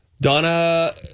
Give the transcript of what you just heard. Donna